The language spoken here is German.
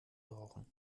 brauchen